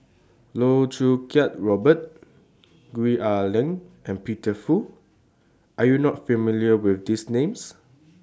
Loh Choo Kiat Robert Gwee Ah Leng and Peter Fu Are YOU not familiar with These Names